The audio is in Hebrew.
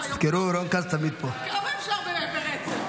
שהיום הוא לא --- כמה אפשר ברצף?